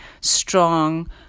strong